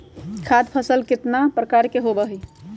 खाद्य फसल कितना प्रकार के होबा हई?